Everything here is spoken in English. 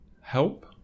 help